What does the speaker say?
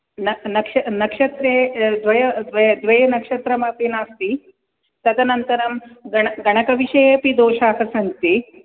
न नक्ष नक्षत्रे द्वय द्व द्वे नक्षत्रमपि नास्ति तदनन्तरं गण गणकविषये अपि दोषाः सन्ति